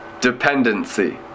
dependency